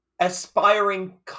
aspiring